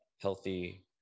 healthy